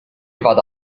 vada